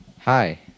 Hi